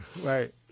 right